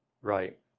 Right